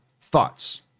thoughts